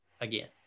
again